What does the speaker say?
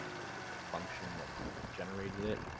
um there's just a function that generated it,